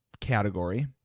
category